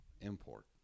Import